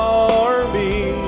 army